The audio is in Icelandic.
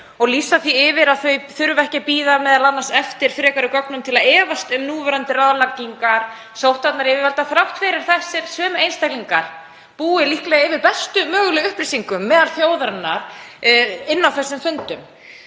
og lýsa því yfir að þau þurfi ekki að bíða m.a. eftir frekari gögnum til að efast um núverandi ráðleggingar sóttvarnayfirvalda þrátt fyrir þessir sömu einstaklingar búi líklega yfir bestu mögulegu upplýsingum meðal þjóðarinnar inni á þessum fundum.